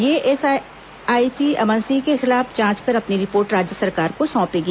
यह एसआईटी अमन सिंह के खिलाफ जांच कर अपनी रिपोर्ट राज्य सरकार को सौंपेगी